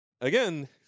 Again